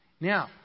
Now